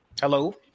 hello